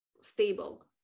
stable